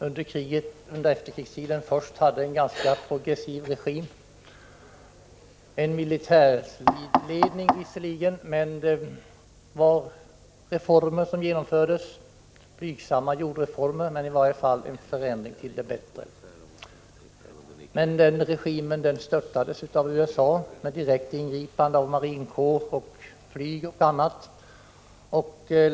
Under efterkrigstiden hade man där först en ganska progressiv regim. Det var visserligen en militärledning, men det genomfördes i alla fall blygsamma jordreformer. Det var trots allt en förändring till det bättre. Regimen störtades av USA med direkt ingripande av marinkår, flyg och annat.